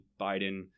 Biden